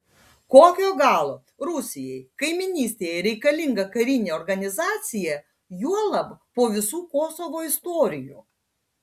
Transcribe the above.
kokio galo rusijai kaimynystėje reikalinga karinė organizacija juolab po visų kosovo istorijų